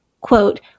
quote